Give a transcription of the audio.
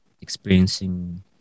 experiencing